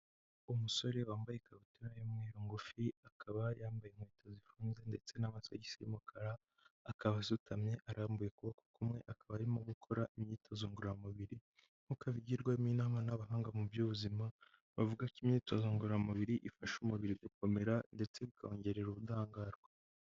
Umusore wambaye ikabutura y'umweru ngufi akaba yambaye inkweto zifunze ndetse n'amasogisi y'umukara akaba asutamye, arambuye ukuboko kumwe akaba arimo gukora imyitozo ngororamubiri nk'uko abigirwamo inama n'abahanga mu by'ubuzima bavuga ko imyitozo ngororamubiri ifasha umubiri gukomera ndetse bikongerera ubudahangarwa.